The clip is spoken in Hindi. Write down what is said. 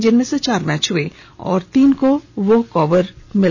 जिनमें से चार मैच हुए और तीन को वॉकओवर मिला